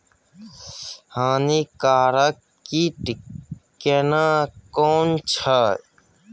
हानिकारक कीट केना कोन छै?